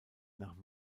nach